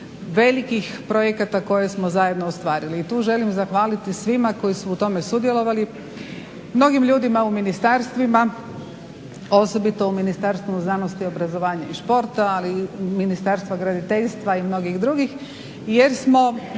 velikih projekata koje smo zajedno ostvarili. I tu želim zahvaliti svima koji su u tome sudjelovali, mnogim ljudima u ministarstvima osobito u Ministarstvu znanosti, obrazovanja i športa ali i Ministarstva graditeljstva i mnogih drugih jer smo